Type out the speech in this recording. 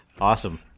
awesome